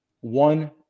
one